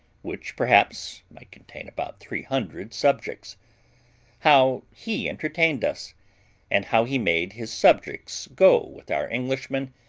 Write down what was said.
which, perhaps, might contain about three hundred subjects how he entertained us and how he made his subjects go with our englishmen,